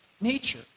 nature